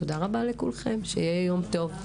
תודה רבה לכולכם, שיהיה יום טוב.